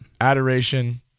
adoration